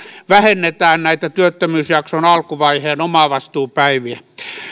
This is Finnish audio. vähennetään työttömyysjakson alkuvaiheen omavastuupäiviä